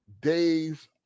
days